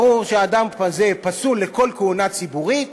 ברור שאדם כזה פסול לכל כהונה ציבורית,